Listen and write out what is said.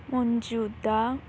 ਮੌਜੂਦਾ